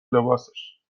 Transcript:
لباسش